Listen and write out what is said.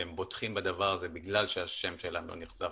שהם בוטחים בדבר הזה בגלל שהשם שלהם לא נחשף,